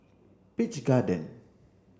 Peach Garden